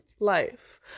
life